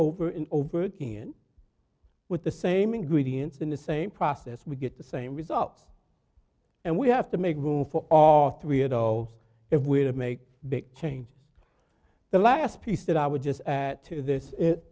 over and over in with the same ingredients in the same process we get the same results and we have to make room for or three of us if we're to make big changes the last piece that i would just add to this